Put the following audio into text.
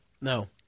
No